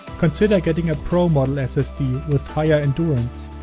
consider getting a pro model ssd with higher endurance.